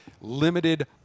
limited